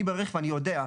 אני ברכב ואני יודע.